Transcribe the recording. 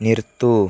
നിർത്തൂ